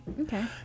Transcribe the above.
okay